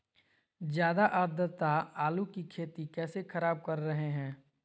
ज्यादा आद्रता आलू की खेती कैसे खराब कर रहे हैं?